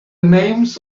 names